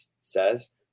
says